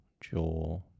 jaw